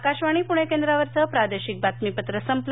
आकाशवाणी पुणे केंद्रावरचं प्रादेशिक बातमीपत्र संपलं